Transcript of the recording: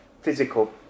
physical